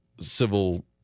civil